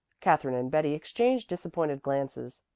katherine and betty exchanged disappointed glances.